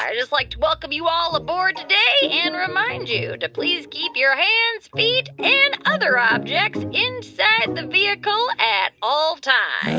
um just like to welcome you all aboard today and remind you to please keep your hands feet and other objects inside the vehicle at all times.